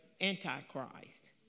Antichrist